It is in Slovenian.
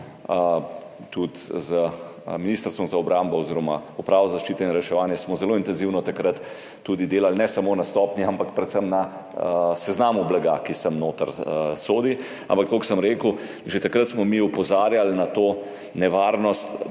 Tudi z Ministrstvom za obrambo oziroma Upravo za zaščito in reševanje smo zelo intenzivno takrat delali, ne samo na stopnji, ampak predvsem na seznamu blaga, ki sem noter sodi. Ampak tako kot sem rekel, že takrat smo mi opozarjali na nevarnost,